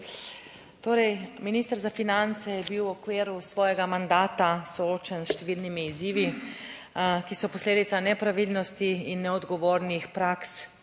Minister za finance je bil v okviru svojega mandata soočen s številnimi izzivi, ki so posledica nepravilnosti in neodgovornih praks